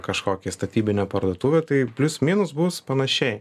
kažkokią statybinę parduotuvę tai plius minus bus panašiai